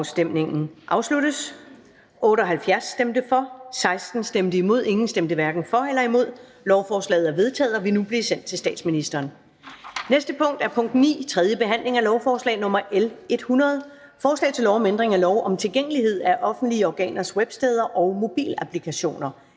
Zimmer (UFG) og Uffe Elbæk (UFG), hverken for eller imod stemte 0. Lovforslaget er vedtaget og vil nu blive sendt til statsministeren. --- Det næste punkt på dagsordenen er: 9) 3. behandling af lovforslag nr. L 100: Forslag til lov om ændring af lov om tilgængelighed af offentlige organers websteder og mobilapplikationer.